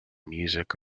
music